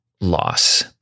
loss